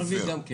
וגם במגזר הערבי.